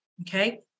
Okay